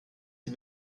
sie